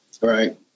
Right